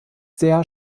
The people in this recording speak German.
sehr